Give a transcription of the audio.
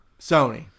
Sony